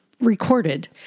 recorded